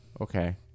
okay